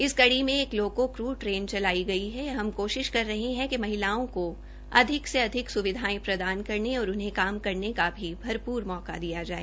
इसी कड़ी में एक लोको क्रू ट्रेन चलाई गई है हम कोशिश कर रहें है कि महिलाओं को अधिक से अधिक सुविधांए प्रदान करने और उन्हे काम करने का भी भरपूर मौका दिया जाए